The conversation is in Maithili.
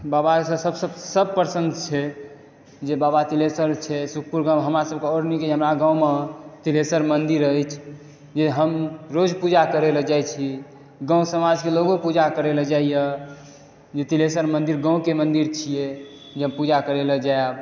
बाबा से सब प्रसन्न छै जे बाबा तिलेशर छै सुखपुर गाँव हमरा सबके आओर नीक हमरा गाँव मे तिलेशर मन्दिर अछि जे हम रोज़ पूजा करैय लए जाइ छी गाँव समाज के लोगो पूजा करैया लए जाइया जे तिलेशर मन्दिर गाँव के मन्दिर छियै जे हम पूजा करै लए जायब